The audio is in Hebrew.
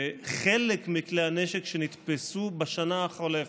בחלק מכלי הנשק שנתפסו בשנה החולפת,